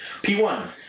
P1